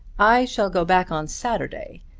i shall go back on saturday.